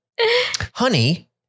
Honey